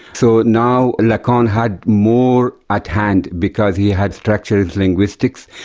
so now lacan had more at hand, because he had structural linguistics.